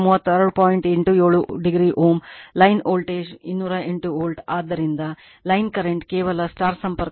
87o Ω line voltage 208 volt ಆದ್ದರಿಂದ line current ಕೇವಲ star ಸಂಪರ್ಕ ಹೊಂದಿದೆ ಆದ್ದರಿಂದ VP Z Y